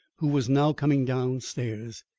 who was now coming down stairs.